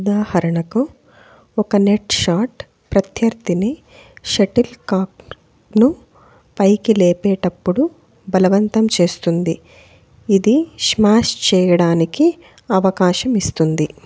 ఉదాహరణకు ఒక net shot ప్రత్యర్థిని షటిల్ కాక్ను పైకి లేపేటప్పుడు బలవంతం చేస్తుంది ఇది స్మాష్ చేయడానికి అవకాశం ఇస్తుంది